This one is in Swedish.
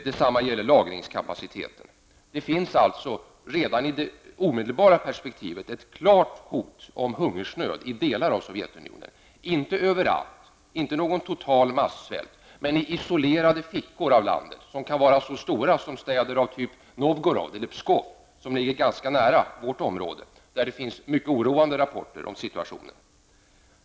Detsamma gäller lagerkapaciteten. Det finns alltså redan i det omedelbara perspektivet ett klart hot om hungersnöd i delar av Sovjetunionen, inte överallt och inte någon total massvält men i isolerade fickor i landet som kan vara så stora som städer som Novgorod och Pskov, som ligger ganska nära vårt område. Där finns mycket oroande rapporter om situationen.